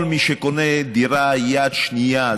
כל מי שקונה דירה יד שנייה,